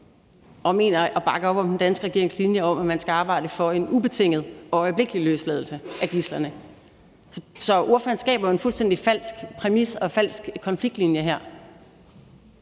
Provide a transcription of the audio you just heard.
og vi bakker op om den danske regerings linje om, at man skal arbejde for en ubetinget og øjeblikkelig løsladelse af gidslerne. Så ordføreren skaber en fuldstændig falsk præmis og falsk konfliktlinje her.